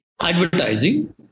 advertising